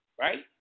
Right